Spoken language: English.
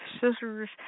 scissors